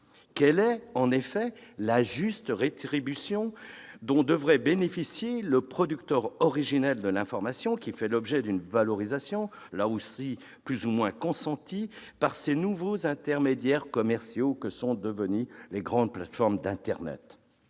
quelle est la juste rétribution dont devrait bénéficier le producteur originel de l'information qui fait l'objet d'une valorisation, plus ou moins consentie, par ces nouveaux intermédiaires commerciaux que sont devenues les grandes plateformes d'internet ?